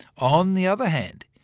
on the other hand,